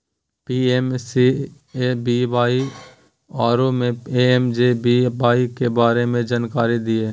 PMSBY आरो PMJJBY के बारे मे जानकारी दिय?